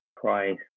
price